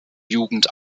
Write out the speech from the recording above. jugend